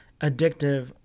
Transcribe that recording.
Addictive